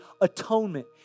atonement